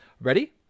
Ready